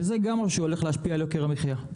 וזה דבר נוסף שהולך להשפיע על יוקר המחייה,